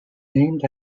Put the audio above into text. named